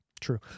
True